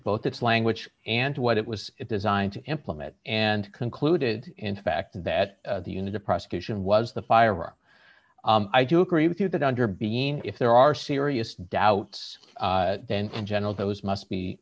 both its language and what it was designed to implement and concluded in fact that the unit of prosecution was the firearm i do agree with you that under being if there are serious doubts then in general those must be